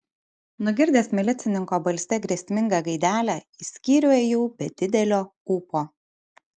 nugirdęs milicininko balse grėsmingą gaidelę į skyrių ėjau be didelio ūpo